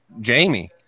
Jamie